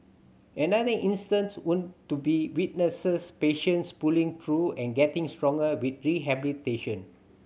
another instance would to be witnesses patients pulling through and getting stronger with rehabilitation